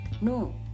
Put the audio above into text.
No